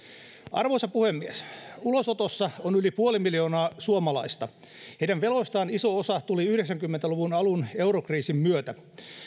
arvoisa puhemies ulosotossa on yli puoli miljoonaa suomalaista heidän veloistaan iso osa tuli yhdeksänkymmentä luvun alun eurokriisin myötä